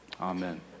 Amen